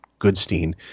Goodstein